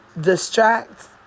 distract